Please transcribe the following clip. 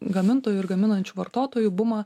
gamintojų ir gaminančių vartotojų bumą